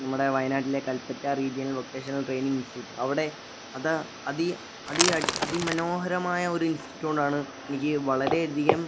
നമ്മുടെ വയനാട്ടിലെ Kalpetta regional vocational training institute അവിടെ അത് അതി അതി അതിമനോഹരമായ ഒരു ഇൻസ്റ്റിറ്റ്യൂട്ടാണ് എനിക്ക് വളരെയധികം